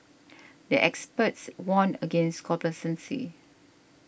the experts warned against complacency